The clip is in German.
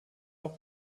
auch